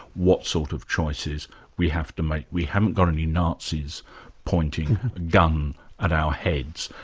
what sort of choices we have to make. we haven't got any nazis pointing guns at our heads.